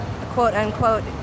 quote-unquote